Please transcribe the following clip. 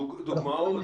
לדוגמה,